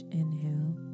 inhale